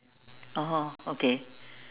oh okay